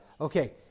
Okay